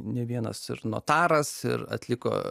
ne vienas ir notaras ir atliko